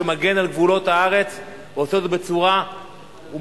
שמגן על גבולות הארץ ועושה את זה בצורה הומניטרית,